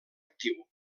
actiu